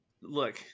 look